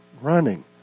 running